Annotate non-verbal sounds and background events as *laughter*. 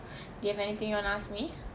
*breath* do you have anything you want to ask me